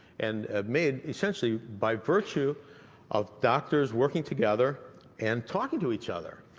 and made essentially by virtue of doctors working together and talking to each other,